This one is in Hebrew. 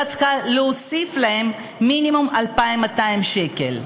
צריכה להוסיף להם מינימום 2,200 שקל.